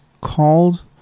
called